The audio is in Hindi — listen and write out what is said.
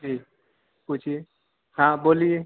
जी पूछिए हाँ बोलिए